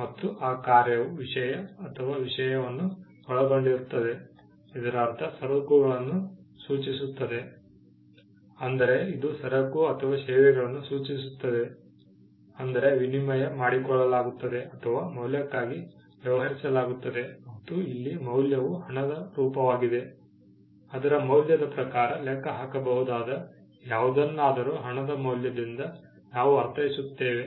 ಮತ್ತು ಆ ಕಾರ್ಯವು ವಿಷಯ ಅಥವಾ ವಿಷಯವನ್ನು ಒಳಗೊಂಡಿರುತ್ತದೆ ಇದರರ್ಥ ಸರಕುಗಳನ್ನು ಸೂಚಿಸುತ್ತದೆ ಅಂದರೆ ಇದು ಸರಕು ಅಥವಾ ಸೇವೆಗಳನ್ನು ಸೂಚಿಸುತ್ತದೆ ಅಂದರೆ ವಿನಿಮಯ ಮಾಡಿಕೊಳ್ಳಲಾಗುತ್ತದೆ ಅಥವಾ ಮೌಲ್ಯಕ್ಕಾಗಿ ವ್ಯವಹರಿಸಲಾಗುತ್ತದೆ ಮತ್ತು ಇಲ್ಲಿ ಮೌಲ್ಯವು ಹಣದ ರೂಪವಾಗಿದೆ ಅದರ ಮೌಲ್ಯದ ಪ್ರಕಾರ ಲೆಕ್ಕಹಾಕಬಹುದಾದ ಯಾವುದನ್ನಾದರೂ ಹಣದ ಮೌಲ್ಯದಿಂದ ನಾವು ಅರ್ಥೈಸುತ್ತೇವೆ